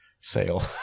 sale